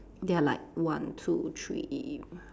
there are like one two three